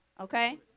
Okay